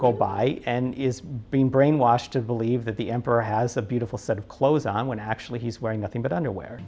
go by and is being brainwashed to believe that the emperor has a beautiful set of clothes on when actually he's wearing nothing but underwear